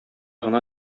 гына